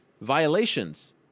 violations